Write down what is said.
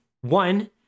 one